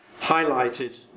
highlighted